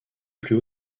plus